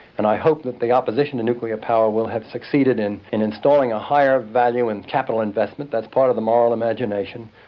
and i hope that the opposition to nuclear power will have succeeded in in installing a higher value in capital investment, that's part of the moral imagination,